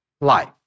life